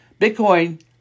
Bitcoin